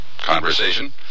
conversation